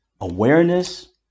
awareness